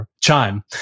chime